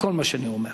בכל מה שאני אומר.